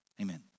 Amen